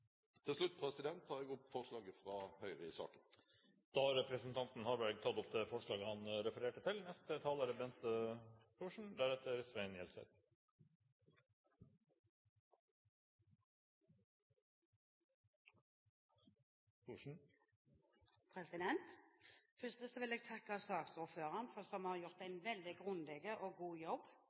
Til slutt tar jeg opp forslaget fra Høyre i saken. Representanten Svein Harberg har tatt opp det forslaget han refererte til. Først vil jeg takke saksordføreren, som har gjort en veldig grundig og god jobb